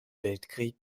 weltkrieg